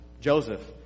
Joseph